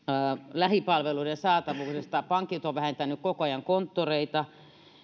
lähipalveluiden saatavuudesta pankit ovat vähentäneet koko ajan konttoreita